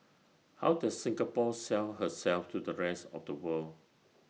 how does Singapore sell herself to the rest of the world